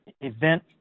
event